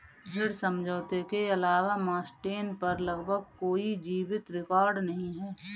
ऋण समझौते के अलावा मास्टेन पर लगभग कोई जीवित रिकॉर्ड नहीं है